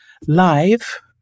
live